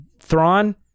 Thrawn